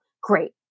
Great